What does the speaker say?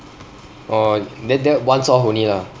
oh that that once off only lah